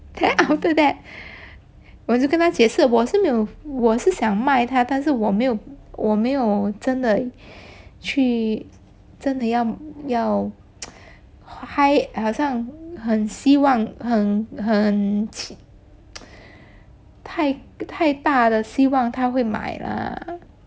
then after that 我就跟他解释我是没有我是想要卖他但是我没有我没有真的去真的要要好像很希望很很太太大的希望他会买啦